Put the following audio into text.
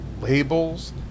labels